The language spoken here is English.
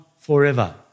forever